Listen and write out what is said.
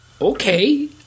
okay